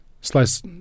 Slice